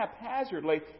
haphazardly